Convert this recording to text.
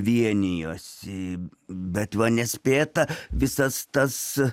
vienijosi bet va nespėta visas tas